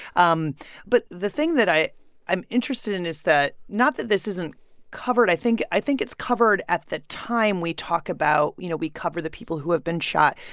um but the thing that i'm interested in is that not that this isn't covered. i think i think it's covered at the time we talk about, you know, we cover the people who have been shot,